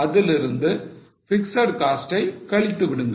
அதிலிருந்து fixed cost ஐ கழித்து விடுங்கள்